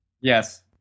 Yes